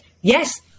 Yes